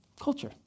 culture